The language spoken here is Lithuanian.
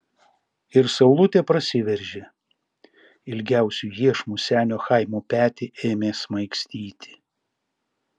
ir saulutė prasiveržė ilgiausiu iešmu senio chaimo petį ėmė smaigstyti